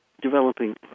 developing